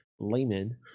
layman